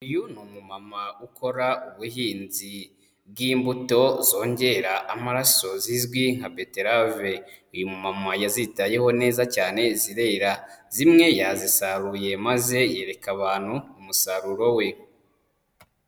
Uyu ni umumama ukora ubuhinzi bw'imbuto zongera amaraso zizwi nka beterave, uyu mumama yazitayeho neza cyane zirera, zimwe yazisaruye maze yereka abantu umusaruro we.